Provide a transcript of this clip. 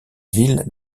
ville